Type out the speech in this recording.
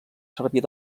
servir